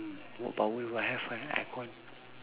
what power do I have when icon